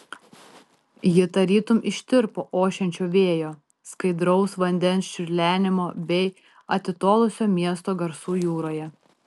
ji tarytum ištirpo ošiančio vėjo skaidraus vandens čiurlenimo bei atitolusio miesto garsų jūroje